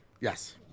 Yes